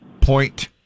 point